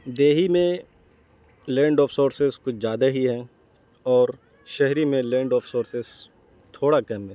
دیہی میں land of sources کچھ زیادہ ہی ہے اور شہری میں لینڈ آف سورسز تھوڑا کم ہے